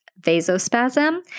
vasospasm